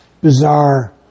bizarre